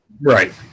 right